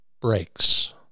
breaks